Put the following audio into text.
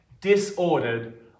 disordered